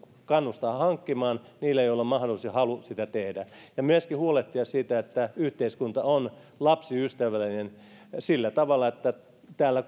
kannustaa heitä joilla on mahdollisuus ja halu sitä tehdä hankkimaan lapsia ja myöskin huolehtia siitä että yhteiskunta on lapsiystävällinen sillä tavalla että täällä